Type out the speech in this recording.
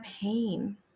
pain